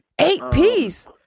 eight-piece